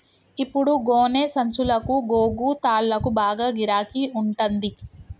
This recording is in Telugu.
ఇప్పుడు గోనె సంచులకు, గోగు తాళ్లకు బాగా గిరాకి ఉంటంది